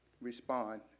respond